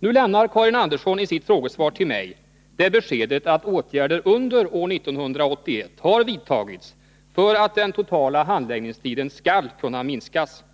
Nu lämnar Karin Andersson i sitt frågesvar till mig det beskedet att stanna i Sverige eller ej. åtgärder under år 1981 har vidtagits för att den totala handläggningstiden skall kunna minskas.